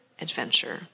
adventure